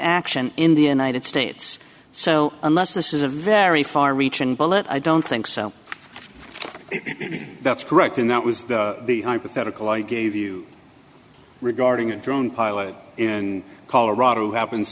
action in the united states so unless this is a very far reaching bullet i don't think so that's correct and that was the hypothetical i gave you regarding a drone pilot in colorado who happens